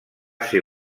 ser